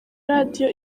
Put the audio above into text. radio